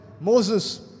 Moses